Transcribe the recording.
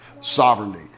sovereignty